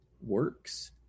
works